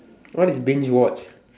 what is being watched